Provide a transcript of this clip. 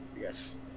yes